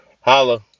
Holla